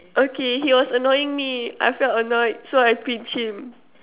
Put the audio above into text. okay he was annoying me I felt annoyed so I pinched him